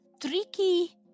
tricky